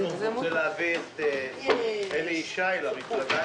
אני מציע שבאופן סיסטמתי לא נאשר את אותן בקשות